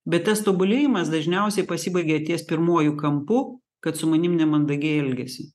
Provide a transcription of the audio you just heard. bet tas tobulėjimas dažniausiai pasibaigia ties pirmuoju kampu kad su manim nemandagiai elgiasi